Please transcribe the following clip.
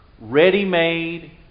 ready-made